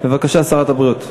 בבקשה, שרת הבריאות.